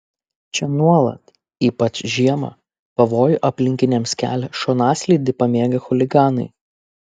čia nuolat ypač žiemą pavojų aplinkiniams kelia šonaslydį pamėgę chuliganai